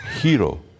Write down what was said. hero